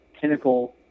pinnacle